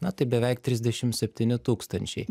na tai beveik trisdešim septyni tūkstančiai